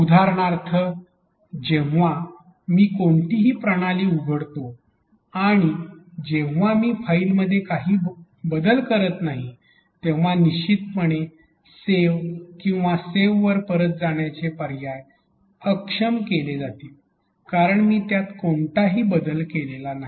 उदाहरणार्थ जेव्हा जेव्हा मी कोणतीही प्रणाली उघडतो आणि जेव्हा मी फाइलमध्ये काहीही बदल करत नाही तेव्हा निश्चितपणे सेव्ह किंवा सेव्हवर परत जाण्याचे पर्याय अक्षम केले जातील कारण मी त्यात कोणतेही बदल केलेले नाहीत